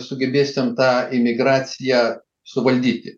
sugebėsim tą imigraciją suvaldyti